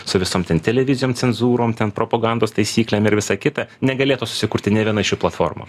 su visom ten televizijom cenzūrom ten propagandos taisyklėm ir visa kita negalėtų susikurti nė viena iš šių platformų